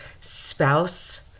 spouse